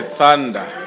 thunder